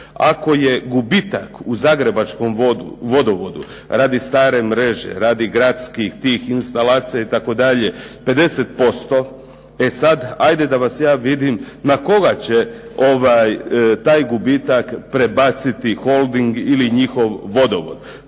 Ako je gubitak u zagrebačkom vodovodu radi stare mreže, radi gradskih tih instalacija itd., 50%, e sad ajde da vas sad vidim na koga će taj gubitak prebaciti "Holding" ili njihov vodovod?